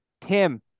Tim